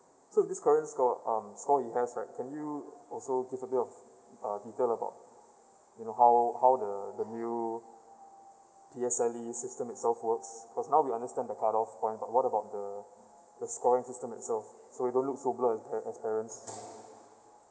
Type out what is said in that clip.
so this current score um score he has right can you also give a bit of uh detail about you know how how the the new P_S_L_E system itself works cause we understand the cut off points but what about the the scoring system itself so we don't look so blurred pa~ as parents